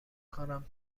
کارم